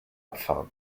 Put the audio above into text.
abfahren